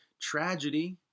tragedy